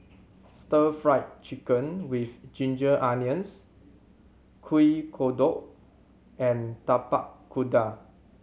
Stir Fry Chicken with ginger onions Kuih Kodok and Tapak Kuda